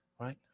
right